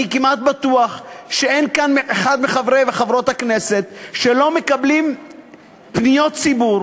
אני כמעט בטוח שאין כאן אחד מחברות וחברי הכנסת שלא מקבלים פניות ציבור